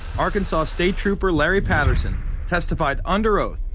arkansas state trooper larry patterson testified under oath,